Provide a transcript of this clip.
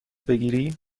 بگیری